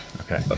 Okay